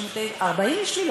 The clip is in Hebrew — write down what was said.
40 יש לי?